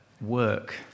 work